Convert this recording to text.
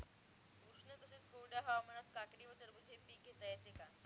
उष्ण तसेच कोरड्या हवामानात काकडी व टरबूज हे पीक घेता येते का?